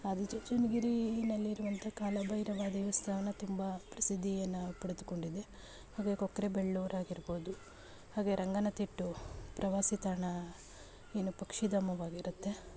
ಆದಿ ಚುಂಚನಗಿರಿಯಲ್ಲಿರುವಂಥ ಕಾಲ ಭೈರವ ದೇವಸ್ಥಾನ ತುಂಬ ಪ್ರಸಿದ್ಧಿಯನ್ನು ಪಡೆದುಕೊಂಡಿದೆ ಹಾಗೆ ಕೊಕ್ಕರೆ ಬೆಳ್ಳೂರಾಗಿರ್ಬೋದು ಹಾಗೆ ರಂಗನತಿಟ್ಟು ಪ್ರವಾಸಿತಾಣ ಏನು ಪಕ್ಷಿಧಾಮವಾಗಿರುತ್ತೆ